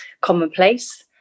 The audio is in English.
commonplace